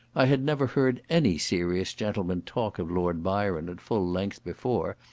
i had never heard any serious gentleman talk of lord byron at full length before,